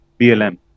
BLM